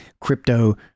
crypto